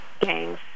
Gangs